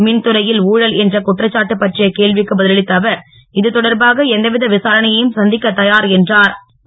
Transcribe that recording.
மின்துறையில் ஊழல் என்ற குற்றச்சாட்டு பற்றிய கேள்விக்கு பதில் அளித்த அவர் இது தொடர்பாக எந்தவித விசாரணையும் சந்திக்கத்தயார் என்றுர்